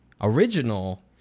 original